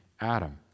Adam